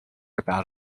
about